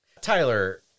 Tyler